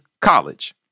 college